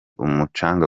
umucanga